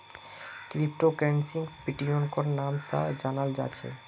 crypto करन्सीक बिट्कोइनेर नाम स जानाल जा छेक